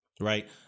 right